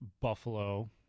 Buffalo